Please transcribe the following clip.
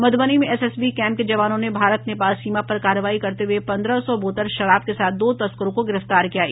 मध्रबनी में SSB camp के जवानों ने भारत नेपाल सीमा पर कार्रवाई करते हुए पन्द्रह सौ बोतल शराब के साथ दो तस्करों को गिरफ्तार किया है